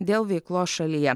dėl veiklos šalyje